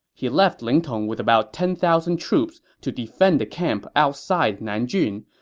he left ling tong with about ten thousand troops to defend the camp outside nanjun,